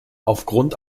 aufgrund